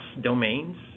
domains